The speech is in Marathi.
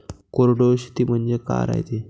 कोरडवाहू शेती म्हनजे का रायते?